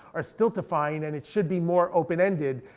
are still defined and it should be more open ended.